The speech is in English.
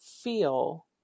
feel